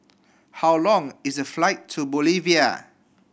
how long is the flight to Bolivia